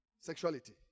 Sexuality